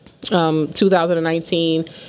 2019